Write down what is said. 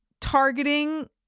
targeting